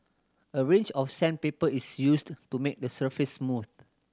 a range of sandpaper is used to make the surface smooth